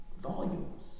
volumes